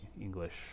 English